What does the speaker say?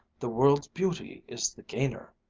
the world's beauty is the gainer.